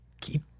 keep